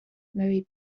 mary